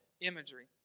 imagery